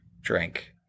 drink